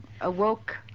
awoke